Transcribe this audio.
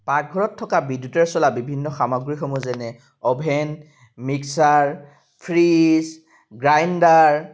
পাকঘৰত থকা বিদ্যুতৰে চলা বিভিন্ন সামগ্ৰীসমূহ যেনে অ'ভেন মিক্সাৰ ফ্ৰীজ গ্ৰাইণ্ডাৰ